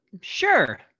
Sure